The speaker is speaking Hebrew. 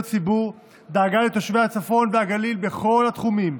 ציבור ודאגה לתושבי הצפון והגליל בכל התחומים.